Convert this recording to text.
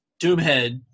Doomhead